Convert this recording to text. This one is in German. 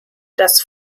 das